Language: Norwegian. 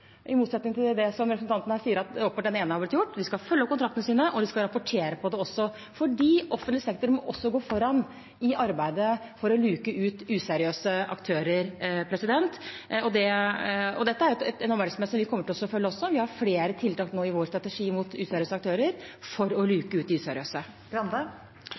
i motsetning til det som representanten her sier, at åpenbart det ene har blitt gjort. De skal følge opp kontraktene sine, og de skal også rapportere om det, for offentlig sektor må gå foran i arbeidet for å luke ut useriøse aktører. Dette er noe vi også kommer til å følge. Vi har nå flere tiltak i vår strategi mot useriøse aktører – for å luke ut de useriøse. Arild Grande